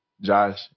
Josh